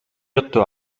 otto